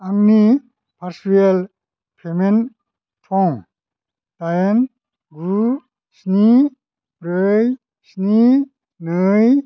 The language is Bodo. आंनि भारसुयेल पेमेन्ट थं दाइन गु स्नि ब्रै स्नि नै